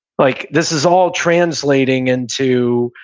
like this is all translating into,